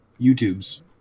YouTube's